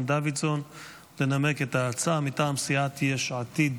דוידסון לנמק את ההצעה מטעם סיעת יש עתיד.